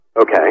Okay